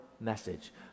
message